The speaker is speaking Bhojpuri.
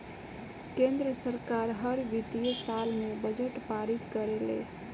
केंद्र सरकार हर वित्तीय साल में बजट पारित करेले